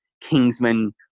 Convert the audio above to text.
kingsman